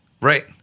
right